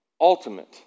ultimate